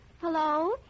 Hello